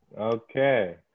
Okay